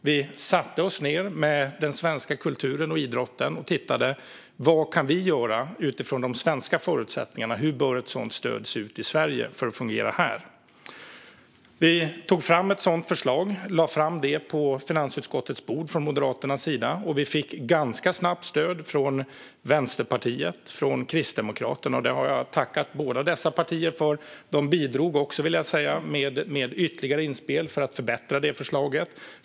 Vi satte oss ned med den svenska kulturen och idrotten och tittade på vad vi kan göra utifrån de svenska förutsättningarna och hur ett sådant stöd bör se ut i Sverige för att fungera här. Från Moderaternas sida tog vi fram ett sådant förslag och lade fram det på finansutskottets bord. Vi fick ganska snabbt stöd från Vänsterpartiet och Kristdemokraterna, och det har jag tackat båda dessa partier för. De bidrog också, vill jag säga, med ytterligare inspel för att förbättra förslaget.